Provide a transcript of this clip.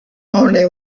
only